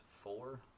four